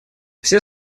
все